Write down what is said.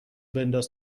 بنداز